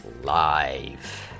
live